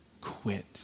quit